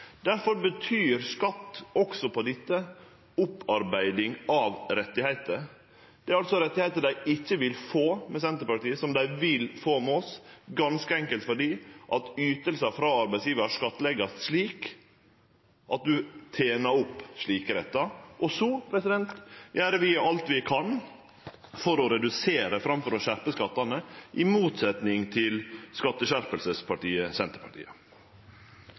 betyr skatt også på dette opparbeiding av rettar. Det er rettar dei ikkje vil få med Senterpartiet, som dei vil få med oss – ganske enkelt fordi ytingar frå arbeidsgjevar vert skattlagt slik at ein tener opp slike rettar. Og så gjer vi alt vi kan for å redusere framfor å skjerpe skattane, i motsetnad til skatteskjerpingspartiet Senterpartiet.